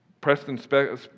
Preston